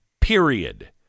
period